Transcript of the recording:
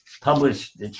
published